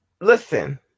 Listen